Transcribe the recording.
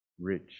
rich